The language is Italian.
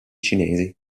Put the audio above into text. cinesi